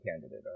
candidate